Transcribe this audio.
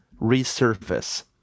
resurface